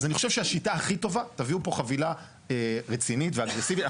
אז אני חושב שהשיטה הכי טובה תביאו פה חבילה רצינית ואגרסיבית,